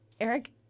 Eric